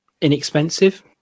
inexpensive